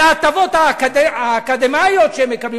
על ההטבות האקדמיות שהם מקבלים,